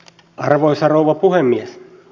arvoisa rouva puhemies